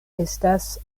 estas